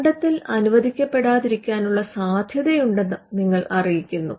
കണ്ടെത്തൽ അനുവദിക്കപ്പെടാതിരിക്കാനുള്ള സാധ്യതയുണ്ടന്ന് നിങ്ങൾ അറിയിക്കുന്നു